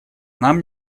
нам